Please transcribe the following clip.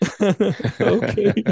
okay